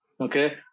okay